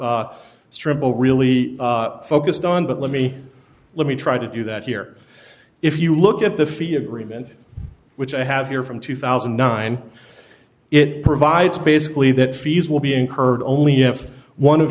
strobel really focused on but let me let me try to do that here if you look at the fee agreement which i have here from two thousand and nine it provides basically that fees will be incurred only if one